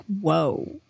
Whoa